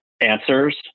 answers